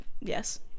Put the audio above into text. Yes